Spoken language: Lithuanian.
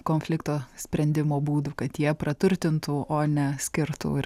konflikto sprendimo būdų kad jie praturtintų o ne skirtų ir